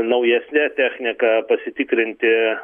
naujesne technika pasitikrinti